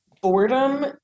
boredom